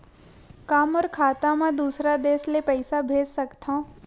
का मोर खाता म दूसरा देश ले पईसा भेज सकथव?